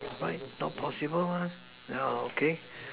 right not possible mah yeah okay